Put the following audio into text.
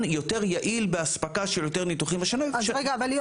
יותר יעיל באספקה של יותר ניתוחים ב --- ליאור,